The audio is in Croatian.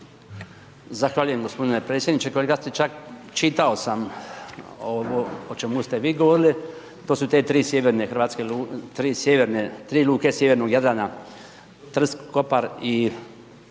Zahvaljujem g. predsjedniče. Kolega Stričak, čitao sa o čemu ste vi govorili, to su te tri sjeverne hrvatske, tri sjeverne, tri luke sjevernog Jadrana, Trst, Kopar i Rijeka.